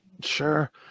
Sure